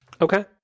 Okay